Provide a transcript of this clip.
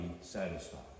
satisfied